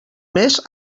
més